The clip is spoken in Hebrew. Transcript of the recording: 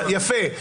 יפה.